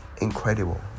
incredible